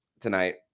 tonight